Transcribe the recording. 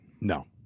No